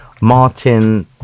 Martin